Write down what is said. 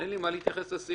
אין לי מה להתייחס לסעיפים,